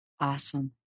Awesome